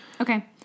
Okay